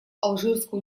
алжирскую